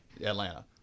Atlanta